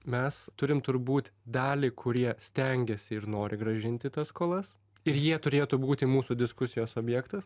mes turim turbūt dalį kurie stengiasi ir nori grąžinti tas skolas ir jie turėtų būti mūsų diskusijos objektas